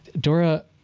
Dora